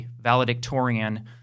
valedictorian